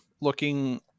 looking